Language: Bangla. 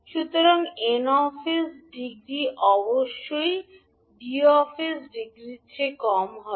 সুতরাং 𝑁 𝑠 ডিগ্রি অবশ্যই 𝐷 𝑠 ডিগ্রির চেয়ে কম হতে হবে